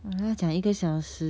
我们要讲一个小时